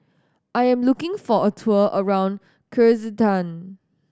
I am looking for a tour around Kyrgyzstan